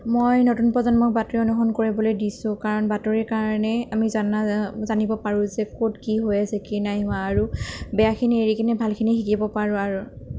মই নতুন প্ৰজন্মক বাতৰি অনুসৰণ কৰিবলৈ দিছোঁ কাৰণ বাতৰিৰ কাৰণেই আমি জানা জানিব পাৰোঁ যে ক'ত কি হৈ আছে কি নাই হোৱা আৰু বেয়াখিনি এৰিকেনে ভালখিনি শিকিব পাৰোঁ আৰু